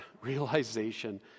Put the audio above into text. realization